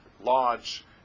large